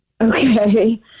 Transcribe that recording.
Okay